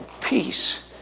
peace